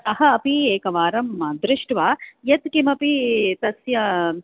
सः अपि एकवारं दृष्ट्वा यत्किमपि तस्य